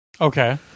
Okay